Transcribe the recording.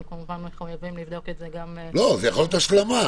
אנחנו כמובן מחויבים לבדוק את זה גם --- זה יכול להיות השלמה.